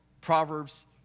Proverbs